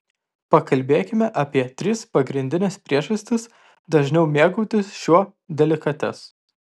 pakalbėkime apie tris pagrindines priežastis dažniau mėgautis šiuo delikatesu